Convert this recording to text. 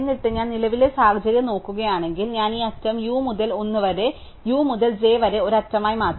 എന്നിട്ട് ഞാൻ നിലവിലെ സാഹചര്യം നോക്കുകയാണെങ്കിൽ ഞാൻ ഈ അറ്റം u മുതൽ l വരെ u മുതൽ j വരെ ഒരു അറ്റമായി മാറ്റും